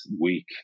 week